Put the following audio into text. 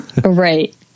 Right